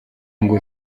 ngo